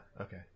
Okay